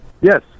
Yes